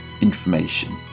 information